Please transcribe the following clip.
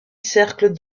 cercle